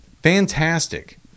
Fantastic